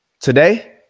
Today